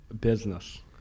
Business